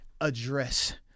address